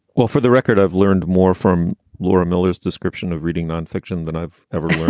well, for the record, i've learned more from laura miller's description of reading non-fiction than i've ever read